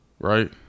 Right